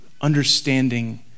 understanding